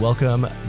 Welcome